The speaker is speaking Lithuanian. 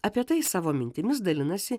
apie tai savo mintimis dalinasi